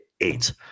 eight